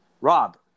Rob